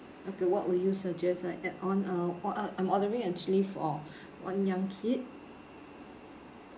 okay what will you suggest I add on uh orh uh I'm ordering actually for one young kid